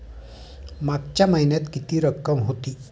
मागच्या महिन्यात किती रक्कम होती?